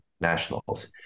nationals